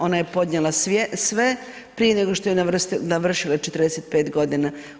Ona je podnijela sve prije nego što je navršila 45 godina.